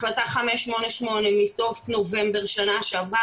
החלטה 588 מסוף נובמבר שנה שעברה,